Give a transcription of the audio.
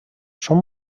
són